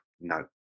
No